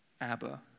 Abba